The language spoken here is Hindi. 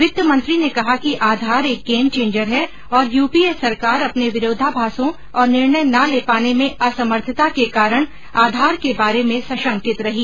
वित्त मंत्री ने कहा कि आधार एक गेम चेंजर है और यूपीए सरकार अपने विरोधाभासों और निर्णय न ले पाने में असमर्थता के कारण आधार के बारे में सशंकित रही